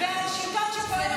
ועל שלטון שפועל,